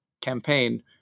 campaign